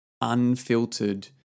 unfiltered